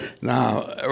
now